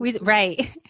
right